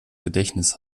gedächtnis